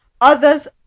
others